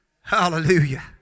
Hallelujah